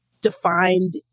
defined